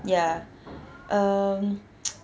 ya um